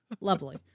Lovely